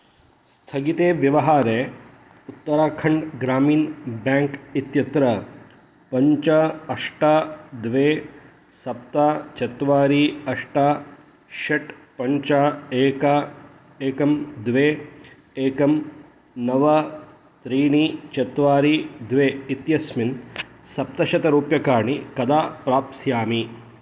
स्थगिते व्यवहारे उत्तराखण्ड् ग्रामीन् बेङ्क् इत्यत्र पञ्च अष्ट द्वे सप्त चत्वारि अष्ट षट् पञ्च एकम् एकं द्वे एकं नव त्रीणि चत्वारि द्वे इत्यस्मिन् सप्तशतरूप्यकाणि कदा प्राप्स्यामि